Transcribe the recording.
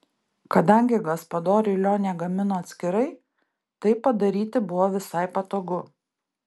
kadangi gaspadoriui lionė gamino atskirai taip padaryti buvo visai patogu